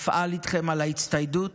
אפעל איתכם להצטיידות,